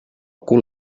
cul